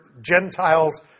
Gentiles